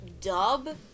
dub